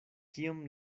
kiom